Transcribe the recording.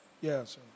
Yes